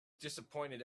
disappointed